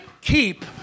keep